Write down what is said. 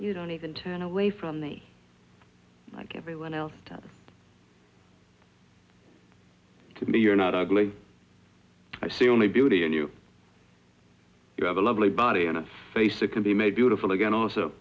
you don't even turn away from the like everyone else to me you're not ugly i see only beauty in you you have a lovely body and its face it can be made beautiful again